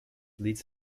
leads